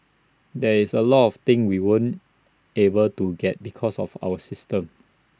there is A lot of things we weren't able to get because of our system